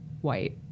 white